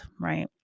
right